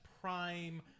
prime